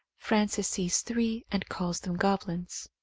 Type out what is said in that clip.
frances sees three and calls them goblins.